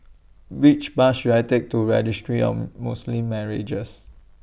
Which Bus should I Take to Registry of Muslim Marriages